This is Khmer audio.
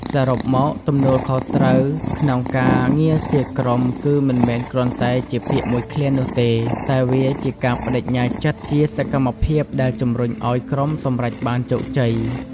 សរុបមក ទំនួលខុសត្រូវក្នុងការងារជាក្រុម គឺមិនមែនគ្រាន់តែជាពាក្យមួយឃ្លានោះទេ តែវាជាការប្តេជ្ញាចិត្តជាសកម្មភាពដែលជំរុញឱ្យក្រុមសម្រេចបានជោគជ័យ។